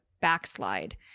backslide